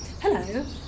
Hello